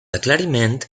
aclariment